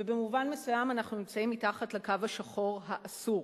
ובמובן מסוים אנחנו נמצאים מתחת לקו השחור האסור.